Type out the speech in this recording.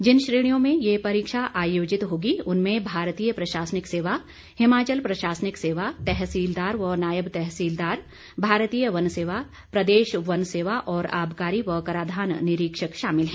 जिन श्रेणियों में ये परीक्षा आयोजित होगी उनमें भारतीय प्रशासनिक सेवा हिमाचल प्रशासनिक सेवा तहसीलदार व नायब तहसीलदार भारतीय वन सेवा प्रदेश वन सेवा और आबकारी व कराधान निरीक्षक शामिल हैं